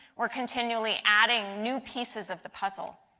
we are continually adding new pieces of the puzzle.